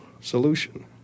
solution